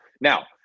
Now